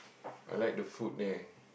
I like the food there